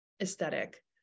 aesthetic